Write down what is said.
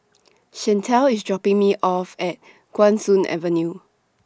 Shantell IS dropping Me off At Guan Soon Avenue